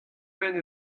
benn